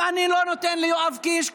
אני לא נותן גם ליואב קיש,